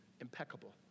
impeccable